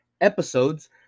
episodes